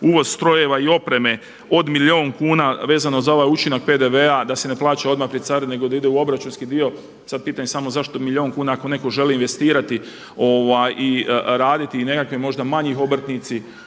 uvoz strojeva i opreme od milijun kuna vezano za ovaj učinak PDV-a, da se ne plaća odmah pri carini, nego da ide u obračunski dio. Sad pitanje samo zašto milijun kuna ako netko želi investirati i raditi i nekakvi možda manji obrtnici